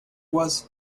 was